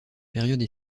période